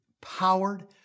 powered